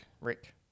Rick